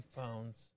pounds